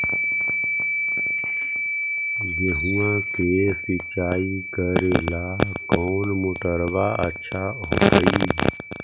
गेहुआ के सिंचाई करेला कौन मोटरबा अच्छा होतई?